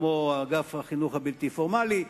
כמו אגף החינוך הבלתי-פורמלי,